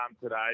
today